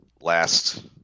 last